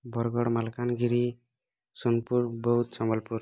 Bargarh Malkangiri Sonepur Boudh Sambalpur